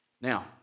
Now